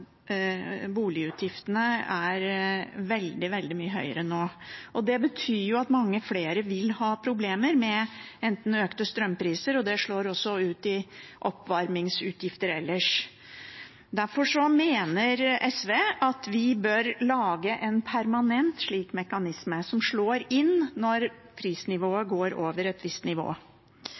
mange flere vil ha problemer med økte strømpriser, og det slår også ut i oppvarmingsutgifter ellers. Derfor mener SV at vi bør lage en permanent slik mekanisme, som slår inn når prisnivået kommer over et visst nivå.